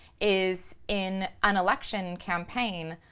is in an election campaign,